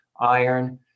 iron